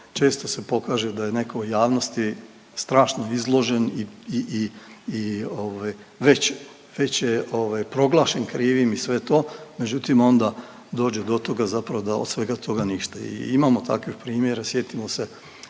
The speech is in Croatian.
često se pokaže da je netko u javnosti strašno izložen i ovaj, već je ovaj, proglašen krivim i sve to, međutim, onda dođe do toga zapravo da od svega toga ništa i imamo takvih primjera, sjetimo se